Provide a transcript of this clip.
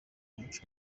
umuco